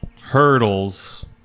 hurdles